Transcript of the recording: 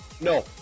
No